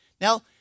Now